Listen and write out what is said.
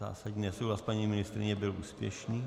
Zásadní nesouhlas paní ministryně byl úspěšný.